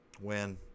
Win